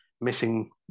missing